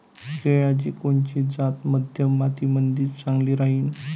केळाची कोनची जात मध्यम मातीमंदी चांगली राहिन?